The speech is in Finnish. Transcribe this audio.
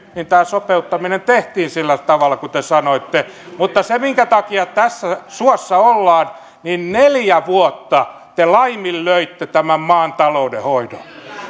tämä sopeuttaminen tehtiin sillä tavalla kuin te sanoitte mutta se minkä takia tässä suossa ollaan neljä vuotta te laiminlöitte tämän maan taloudenhoidon